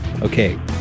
Okay